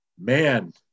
Man